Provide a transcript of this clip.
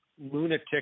Lunatic